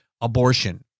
abortion